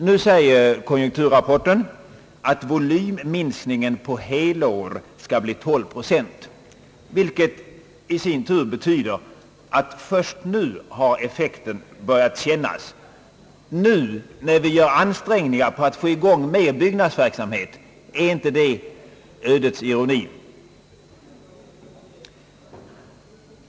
Nu säger konjunkturrapporten att volymminsk ningen på helår skall bli 12 procent, vilket i sin tur betyder att effekten först nu har börjat kännas, nu när vi gör ansträngningar för att få i gång mera byggnadsverksamhet. Är inte detta ödets ironi?